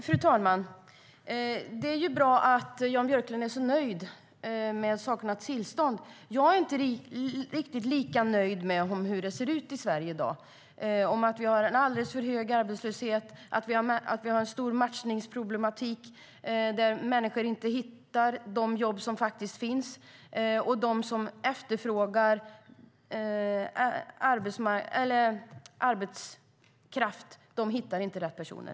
Fru talman! Det är ju bra att Jan Björklund är så nöjd med sakernas tillstånd. Jag är inte riktigt lika nöjd med hur det ser ut i Sverige i dag. Vi har en alldeles för hög arbetslöshet. Vi har en stor matchningsproblematik som innebär att människor inte hittar de jobb som finns och att de som efterfrågar arbetskraft inte hittar rätt personer.